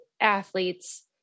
athletes